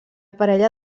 parella